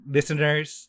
Listeners